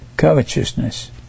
covetousness